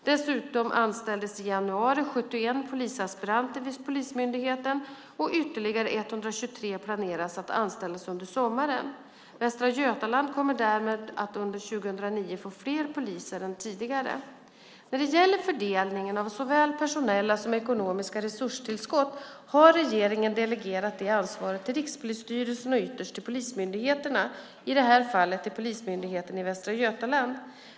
Dessutom anställdes i januari 71 polisaspiranter vid polismyndigheten, och ytterligare 123 planeras att anställas under sommaren. Västra Götaland kommer därmed att under 2009 få fler poliser än tidigare. När det gäller fördelningen av såväl personella som ekonomiska resurstillskott har regeringen delegerat det ansvaret till Rikspolisstyrelsen och ytterst till polismyndigheterna, i det här fallet till Polismyndigheten i Västra Götaland.